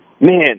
Man